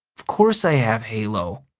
of course i have halo.